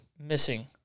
Missing